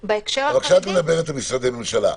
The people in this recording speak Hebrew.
כשאת מדברת על משרדי ממשלה,